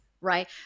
right